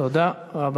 תודה רבה.